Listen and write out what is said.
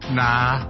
nah